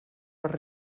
per